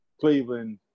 Cleveland